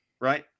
right